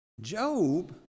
Job